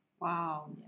Wow